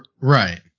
Right